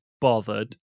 bothered